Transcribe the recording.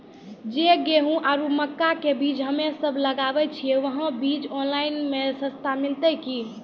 जे गेहूँ आरु मक्का के बीज हमे सब लगावे छिये वहा बीज ऑनलाइन मे सस्ता मिलते की?